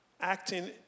acting